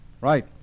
Right